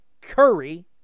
Curry